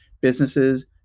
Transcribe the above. businesses